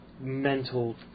mental